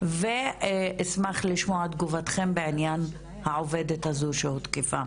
ואשמח לשמוע תגובתכם בעניין העובדת הזו שהותקפה.